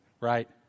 right